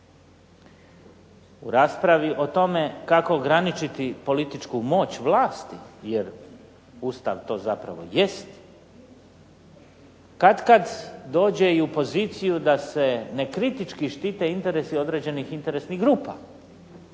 raspravi o tome kako graničiti političku moć vlasti, jer Ustav to zapravo jest, katkad dođe i u poziciju da se nekritički štite interesi određenih interesnih grupa